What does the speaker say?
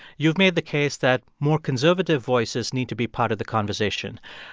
you've made the case that more conservative voices need to be part of the conversation.